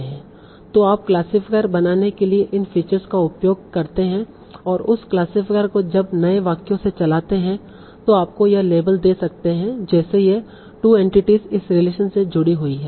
तों आप क्लासिफायर बनाने के लिए इन फीचर्स का उपयोग करते हैं और उस क्लासिफायर को जब नए वाक्यों से चलाते है तो आपको यह लेबल दे सकते हैं जैसे ये 2 एंटिटीस इस रिलेशन से जुड़ी हुई हैं